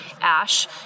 ash